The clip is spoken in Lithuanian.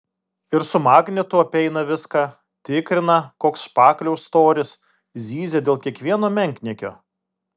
ir su magnetu apeina viską tikrina koks špakliaus storis zyzia dėl kiekvieno menkniekio